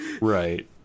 Right